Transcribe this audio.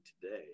today